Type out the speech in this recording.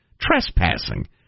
Trespassing